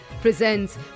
presents